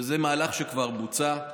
זה מהלך שכבר בוצע.